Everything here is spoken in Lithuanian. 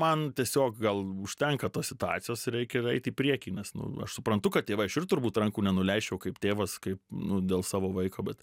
man tiesiog gal užtenka tos situacijos reikia ir eit į priekį nes nu aš suprantu kad tėvai aš ir turbūt rankų nenuleisčiau kaip tėvas kaip nu dėl savo vaiko bet